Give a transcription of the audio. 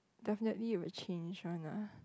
definitely will change one ah